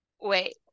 Wait